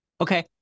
Okay